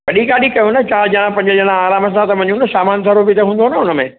वॾी गाॾी करो न चारि ॼणा पंज ॼणा आराम सां त वञूं न सामान सॼो बि त हूंदो न हुनमें